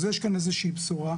אז יש כאן איזו שהיא בשורה,